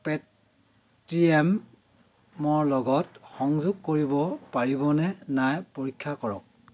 পেটিএমৰ লগত সংযোগ কৰিব পাৰিব নে নাই পৰীক্ষা কৰক